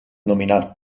nominat